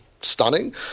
stunning